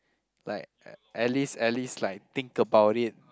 like uh at least at least like think about it